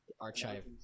Archive